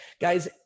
Guys